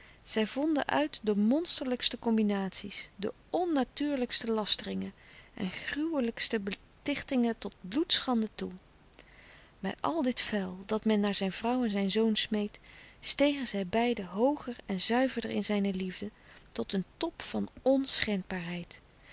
zij vonden uit de monsterlijkste combinatie's de onnatuurlijkste lasteringen en gruwlijkste betichtingen tot bloedschande toe bij al dit vuil dat men naar zijn vrouw en zijn zoon smeet stegen zij beiden hooger en zuiverder in zijne liefde tot een top van